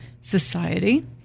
Society